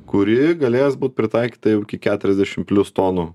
kuri galės būt pritaikyta iki keturiasdešim plius tonų